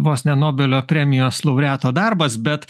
vos ne nobelio premijos laureato darbas bet